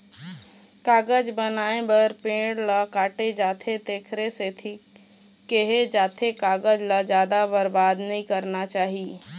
कागज बनाए बर पेड़ ल काटे जाथे तेखरे सेती केहे जाथे कागज ल जादा बरबाद नइ करना चाही